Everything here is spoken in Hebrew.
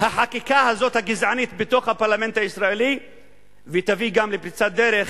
החקיקה הגזענית הזאת בתוך הפרלמנט הישראלי ותביא גם לפריצת דרך,